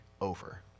over